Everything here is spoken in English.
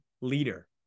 leader